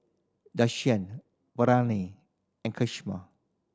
Desean and